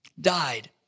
died